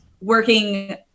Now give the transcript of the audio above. working